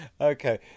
Okay